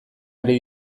ari